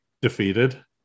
defeated